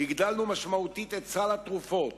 הגדלנו משמעותית את סל התרופות,